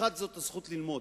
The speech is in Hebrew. אחת זו הזכות ללמוד.